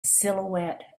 silhouette